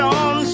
on